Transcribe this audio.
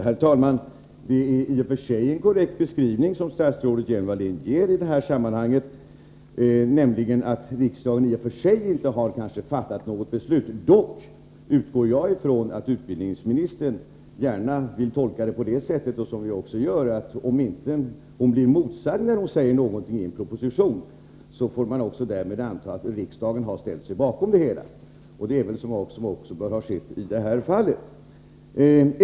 Herr talman! Det är en korrekt beskrivning som statsrådet Lena Hjelm Wallén ger, nämligen att riksdagen i och för sig inte har fattat något beslut i frågan. Dock utgår jag ifrån att utbildningsministern gärna vill tolka det så — vilket vi också gör — att om hon inte blir motsagd när hon föreslår något i en proposition, får man anta att riksdagen har ställt sig bakom förslaget. Det är väl vad som bör anses ha skett också i det här fallet.